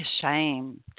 ashamed